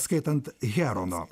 skaitant herono